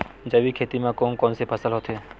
जैविक खेती म कोन कोन से फसल होथे?